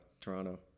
Toronto